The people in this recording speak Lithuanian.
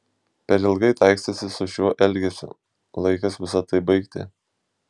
per ilgai taikstėsi su šiuo elgesiu laikas visa tai baigti